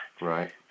Right